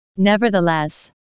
nevertheless